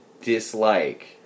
dislike